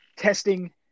Testing